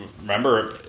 remember